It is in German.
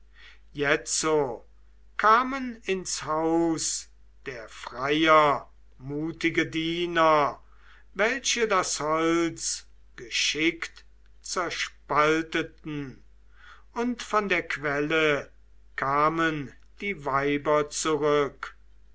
jetzo kamen ins haus der freier mutige diener welche das holz geschickt zerspalteten und von der quelle kamen die weiber zurück